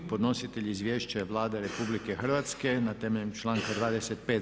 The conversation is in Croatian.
Podnositelj Izvješća je Vlada RH na temelju članka 25.